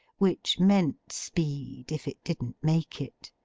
which meant speed if it didn't make it.